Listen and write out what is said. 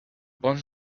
ponts